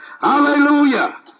Hallelujah